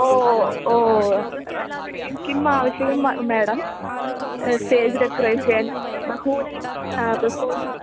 ओ ओ किं किम् आवश्यकं मेडं स्टेज् डेकोरेशन् बहूनि बहूनि